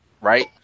right